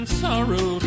sorrow